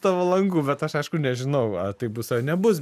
tavo langų bet aš aišku nežinau ar taip bus ar nebus